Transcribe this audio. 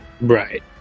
Right